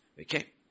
Okay